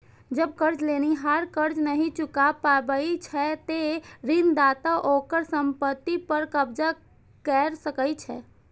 जब कर्ज लेनिहार कर्ज नहि चुका पाबै छै, ते ऋणदाता ओकर संपत्ति पर कब्जा कैर सकै छै